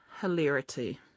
hilarity